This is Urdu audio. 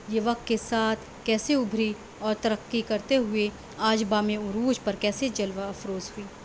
یہ وقت کے ساتھ کیسے ابھری اور ترقی کرتے ہوئے آج بام عروج پر کیسے جلوہ افروز ہوئی